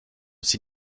sie